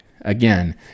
Again